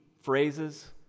phrases